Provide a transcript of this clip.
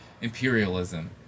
imperialism